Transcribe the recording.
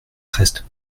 reste